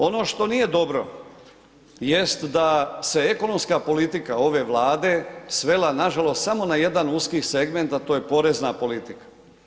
Ono što nije dobro jest da se ekonomska politika ove Vlade svela nažalost samo na jedan uski segment a to je porezna politika.